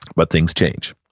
but things change.